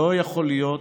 לא יכול להיות